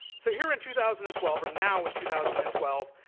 so here in two thousand and twelve, or now in two thousand and twelve,